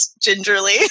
gingerly